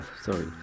sorry